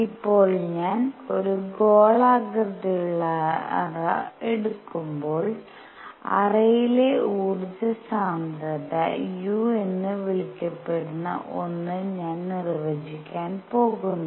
ഇപ്പോൾ ഞാൻ ഒരു ഗോളാകൃതിയിലുള്ള അറ എടുക്കുമ്പോൾ അറയിലെ ഊർജ്ജ സാന്ദ്രത u എന്ന് വിളിക്കപ്പെടുന്ന ഒന്ന് ഞാൻ നിർവചിക്കാൻ പോകുന്നു